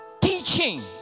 Teaching